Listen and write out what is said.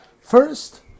First